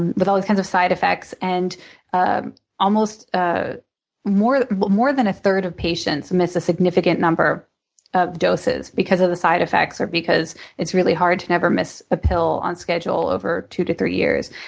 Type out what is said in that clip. but all these kind of side effects. and ah ah more more than a third of patients miss a significant number of doses because of the side effects or because it's really hard to never miss a pill on schedule over two to three years.